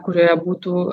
kurioje būtų